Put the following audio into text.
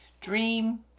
dream